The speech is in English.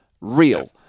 real